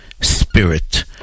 spirit